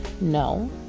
No